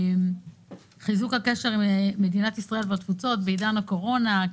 חיזוק הקשר עם מדינת ישראל והתפוצות בעידן הקורונה,